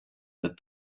that